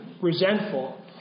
resentful